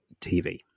TV